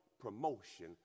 promotion